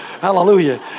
hallelujah